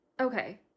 Okay